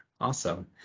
Awesome